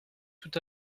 tout